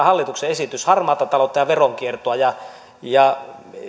hallituksen esitys lisää harmaata taloutta ja veronkiertoa ja ja